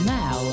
now